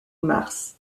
mars